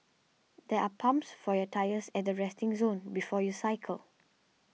there are pumps for your tyres at the resting zone before you cycle